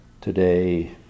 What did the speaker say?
Today